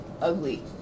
ugly